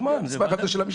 המסמך הזה של המשטרה?